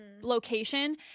location